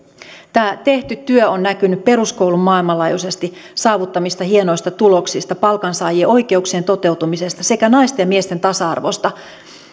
tämä tehty työ on näkynyt peruskoulun maailmanlaajuisesti saavuttamista hienoista tuloksista palkansaajien oikeuksien toteutumisesta sekä naisten ja miesten tasa arvosta